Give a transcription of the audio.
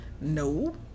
No